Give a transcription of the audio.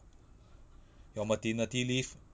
your maternity leave